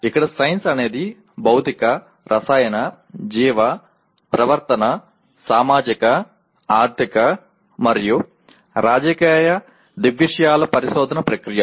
ఇక్కడ సైన్స్ అనేది భౌతిక రసాయన జీవ ప్రవర్తనా సామాజిక ఆర్థిక మరియు రాజకీయ దృగ్విషయాల పరిశోధన ప్రక్రియ